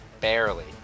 Barely